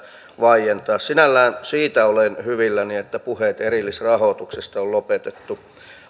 vaientaa sinällään siitä olen hyvilläni että puheet erillisrahoituksesta